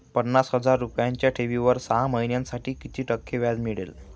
पन्नास हजार रुपयांच्या ठेवीवर सहा महिन्यांसाठी किती टक्के व्याज मिळेल?